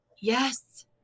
Yes